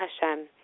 Hashem